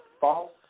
false